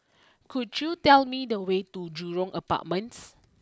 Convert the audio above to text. could you tell me the way to Jurong Apartments